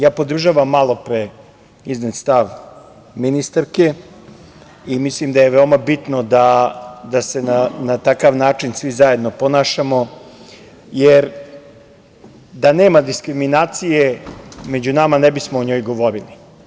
Ja podržavam malo pre iznet stav ministarke i mislim da je veoma bitno da se na takav način svi zajedno ponašamo, jer da nema diskriminacije među nama ne bismo o njoj govorili.